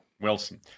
Wilson